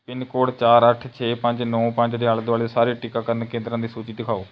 pin code ਚਾਰ ਅੱਠ ਛੇ ਪੰਜ ਨੌਂ ਪੰਜ ਦੇ ਆਲੇ ਦੁਆਲੇ ਸਾਰੇ ਟੀਕਾਕਰਨ ਕੇਂਦਰਾਂ ਦੀ ਸੂਚੀ ਦਿਖਾਓ